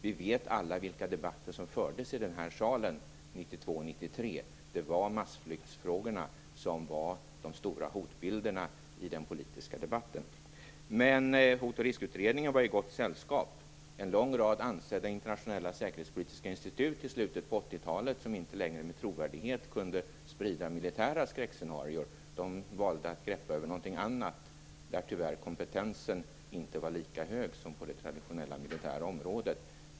Vi vet alla vilka debatter som fördes i den här salen 1992 och 1993. Det var massflyktsfrågorna som var de stora hotbilderna i den politiska debatten. Men Hot och riskutredningen var i gott sällskap. En lång rad ansedda internationella säkerhetspolitiska institut kunde i slutet på 80-talet inte längre sprida militära skräckscenarion med trovärdighet. De valde att greppa över något annat, där kompetensen tyvärr inte var lika hög som på det traditionella militära området.